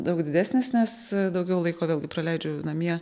daug didesnis nes daugiau laiko praleidžiu namie